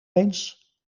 eens